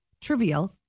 trivial